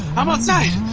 i'm outside.